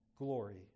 Glory